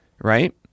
right